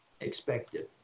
expected